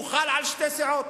הוא חל על שתי סיעות,